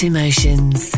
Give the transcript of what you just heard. Emotions